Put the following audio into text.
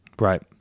Right